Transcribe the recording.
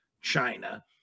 China